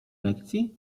lekcji